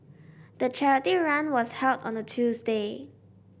the charity run was held on a Tuesday